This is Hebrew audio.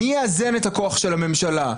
מי יאזן את הכוח של הממשלה?